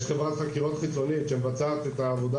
יש חברת חקירות חיצונית שמבצעת את העבודה